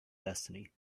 destiny